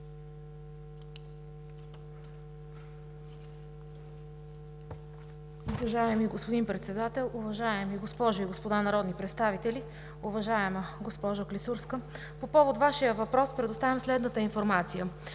Уважаеми господин Председател, уважаеми госпожи и господа народни представители! Уважаема госпожо Клисурска, по повод Вашия въпрос предоставям следната информация: